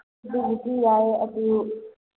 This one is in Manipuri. ꯑꯗꯨꯕꯨꯗꯤ ꯌꯥꯏꯌꯦ ꯑꯗꯨ